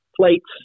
Plates